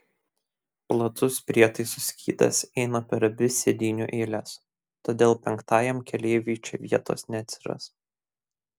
platus prietaisų skydas eina per abi sėdynių eiles todėl penktajam keleiviui čia vietos neatsiras